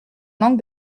langue